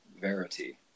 verity